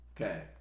Okay